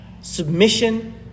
Submission